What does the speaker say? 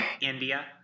India